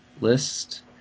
list